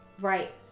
Right